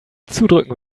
zudrücken